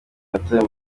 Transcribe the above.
yatawe